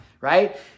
right